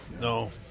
no